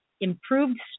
improved